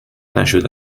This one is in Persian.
نشده